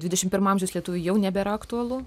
dvidešim pirmo amžiaus lietuviui jau nebėra aktualu